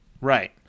Right